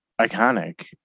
iconic